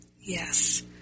Yes